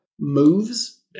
moves